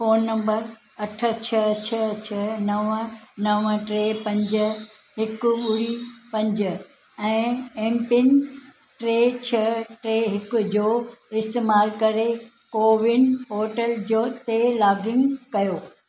phone number अठ छह छह छह नव नव टे पंज हिकु ॿुड़ी पंज ऐं एम पिन टे छह टे हिक जो इस्तेमालु करे कोविन पोर्टल जो ते लॉग इन कयो